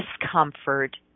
discomfort